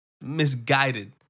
Misguided